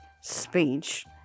speech